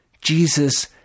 Jesus